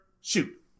shoot